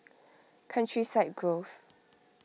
Countryside Grove